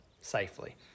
safely